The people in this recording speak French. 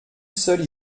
seule